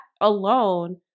alone